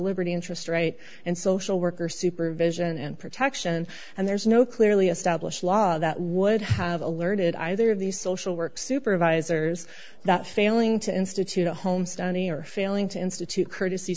liberty interest right and social worker supervision and protection and there's no clearly established law that would have alerted either of these social work supervisors that failing to institute a home study or failing to institute courtesy